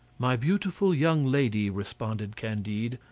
my beautiful young lady, responded candide,